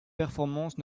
performance